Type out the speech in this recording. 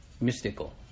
mystical